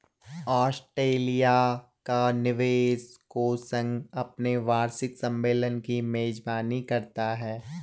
Australia का निवेश कोष संघ अपने वार्षिक सम्मेलन की मेजबानी करता है